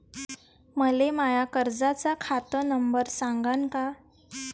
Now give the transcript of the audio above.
मले माया कर्जाचा खात नंबर सांगान का?